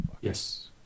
Yes